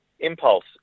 impulse